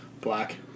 black